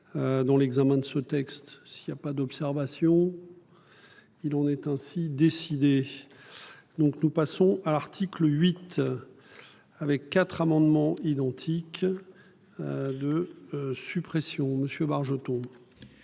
Dans l'examen de ce texte, s'il y a pas d'observation. Il en est ainsi décidé. Donc nous passons à l'article 8. Avec quatre amendements identiques. De suppression monsieur. L'article